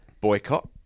Boycott